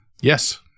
Yes